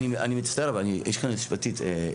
אני מצטער, יש כאן יועצת משפטית.